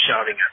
shouting